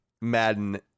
Madden